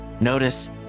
Notice